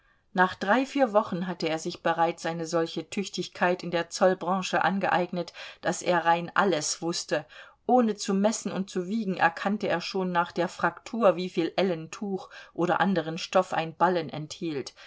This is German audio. nach drei vier wochen hatte er sich bereits eine solche tüchtigkeit in der zollbranche angeeignet daß er rein alles wußte ohne zu messen und zu wiegen erkannte er schon nach der faktur wieviel ellen tuch oder anderen stoff ein ballen enthielt